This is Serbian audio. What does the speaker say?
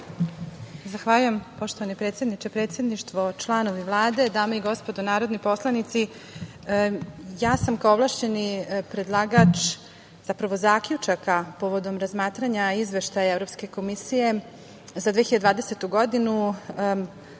Zahvaljujem. Poštovani predsedniče, predsedništvo, članovi Vlade, dame i gospodo narodni poslanici, ja sam kao ovlašćeni predlagač zaključaka povodom razmatranja Izveštaja Evropske komisije za 2020. godinu